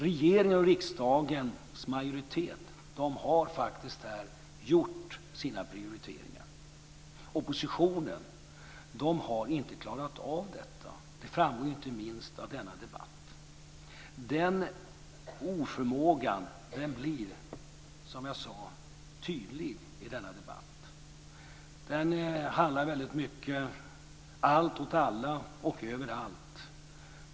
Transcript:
Regeringen och riksdagens majoritet har här gjort sina prioriteringar. Oppositionen har inte klarat av detta. Det framgår inte minst av denna debatt. Den oförmågan blir, som jag sade, tydlig i denna debatt. Det handlar väldigt mycket om allt åt alla och överallt.